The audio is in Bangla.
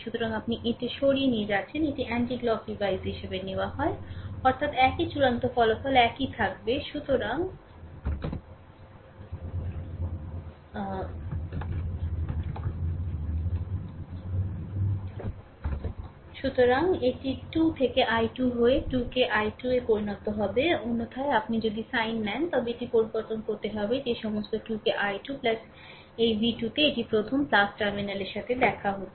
সুতরাং আপনি এটি সরিয়ে নিয়ে যাচ্ছেন এটি এন্টিকলোক হিসাবে নেওয়া হয় অর্থ একই চূড়ান্ত ফলাফল একই থাকবে সুতরাং এটি 2 থেকে i2 হয়ে 2 কে i2 এ পরিণত হবে অন্যথায় আপনি যদি সাইন নেন তবে এটি পরিবর্তন করতে হবে যে সমস্ত 2 কে i2 এই v2তে এটি প্রথম টার্মিনালের সাথে দেখা হচ্ছে